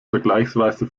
vergleichsweise